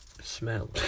smell